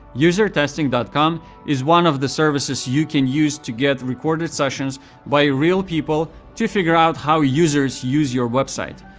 usertesting dot com is one of the services you can use to get recorded sessions by real people to figure out how users use your website.